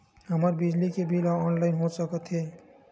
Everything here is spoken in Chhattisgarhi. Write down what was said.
हमर बिजली के बिल ह ऑनलाइन हो सकत हे?